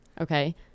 Okay